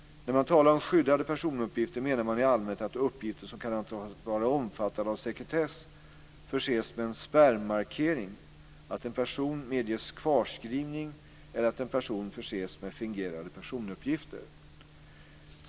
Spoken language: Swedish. När man talar om skyddade personuppgifter menar man i allmänhet att uppgifter som kan antas vara omfattade av sekretess förses med en spärrmarkering, att en person medges kvarskrivning eller att en person förses med fingerade personuppgifter.